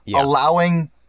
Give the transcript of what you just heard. allowing